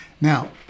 Now